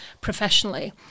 professionally